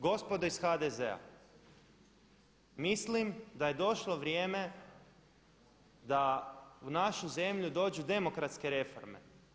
Gospodo iz HDZ-a mislim da je došlo vrijeme da u našu zemlju dođu demokratske reforme.